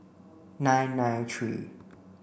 nine nine three